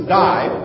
die